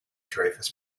dreyfus